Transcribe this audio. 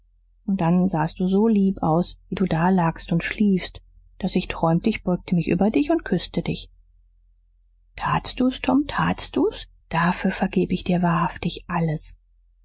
und dann sahst du so lieb aus wie du dalagst und schliefst daß ich träumte ich beugte mich über dich und küßte dich tatst du's tom tatst du's dafür vergeb ich dir wahrhaftig alles